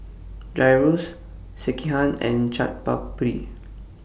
Gyros Sekihan and Chaat Papri